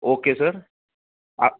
okay sir a